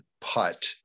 putt